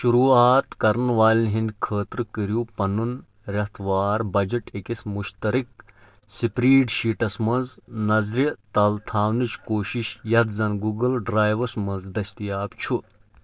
شروعات کرن والٮ۪ن ہِنٛد خٲطرٕ کٔرِو پنُن رٮ۪تہٕ وار بجٹ أکِس مٗشترق سپریڈشیٹس منٛز نظرِ تل تھونٕچ كوُشِش یِتھ زن گوگل ڈریِوس مَنٛز دٔستِیاب چھُ